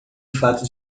fato